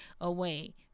away